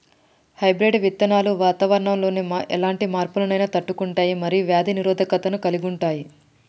hybrid విత్తనాలు వాతావరణంలోని ఎలాంటి మార్పులనైనా తట్టుకుంటయ్ మరియు వ్యాధి నిరోధకతను కలిగుంటయ్